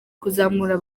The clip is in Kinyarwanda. kuzamura